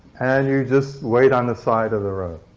and you just wait on the side of the road.